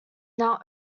now